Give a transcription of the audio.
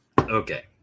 Okay